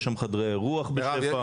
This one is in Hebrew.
יש שם חדרי אירוח בשפע.